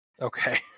Okay